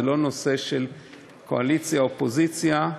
זה לא נושא של קואליציה אופוזיציה.